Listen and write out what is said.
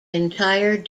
entire